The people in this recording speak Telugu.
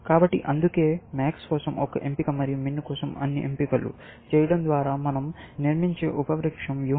కాబట్టి అందుకే MAX కోసం ఒక ఎంపిక మరియు MIN కోసం అన్ని ఎంపికలు చేయడం ద్వారా మనం నిర్మించే ఉప వృక్షం వ్యూహం